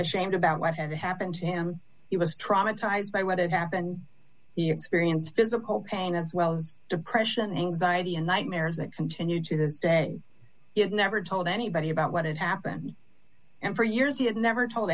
as shamed about what had happened to him he was traumatized by what had happened he experienced physical pain as well as depression anxiety and nightmares that continue to this day it never told anybody about what had happened and for years he had never told